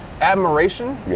admiration